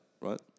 right